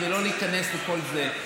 לא ניכנס לכל זה.